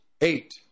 eight